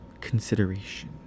consideration